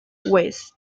west